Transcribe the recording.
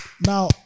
Now